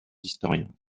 historiens